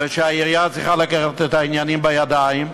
ושהעירייה צריכה לקחת את הענייניים בידיים.